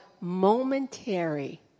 momentary